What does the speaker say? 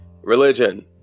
religion